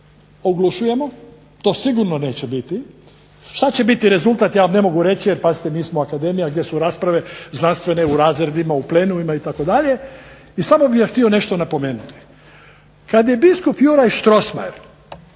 oglušujemo, to sigurno neće biti. Šta će biti rezultat ja vam ne mogu reći jer pazite mi smo Akademija gdje su rasprave znanstvene u razredima, u plenumima itd. I samo bih vam htio nešto napomenuti, kad je biskup Juraj Strossmayer